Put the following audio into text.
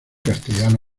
castellano